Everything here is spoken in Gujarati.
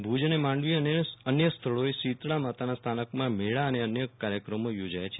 ભુજ માંડવી અને અન્ય સ્થળોએ શીતળા માતાના સ્થાનક માં મેળા અને અન્ય કાર્યકમો યોજાય છે